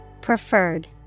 Preferred